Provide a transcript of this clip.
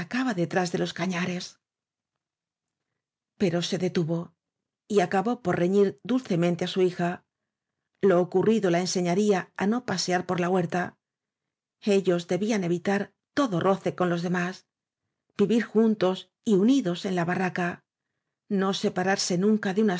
tras de los cañares ero se detuvo y acabó por reñir dulcemen te a su hija lo ocurrido la enseñaría á no pa sear por la huerta ellos debían evitar todo roce con los demás vivir juntos y unidos en la barraca no separarse nunca de unas